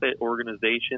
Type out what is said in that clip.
organization